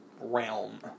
realm